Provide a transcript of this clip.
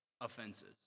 offenses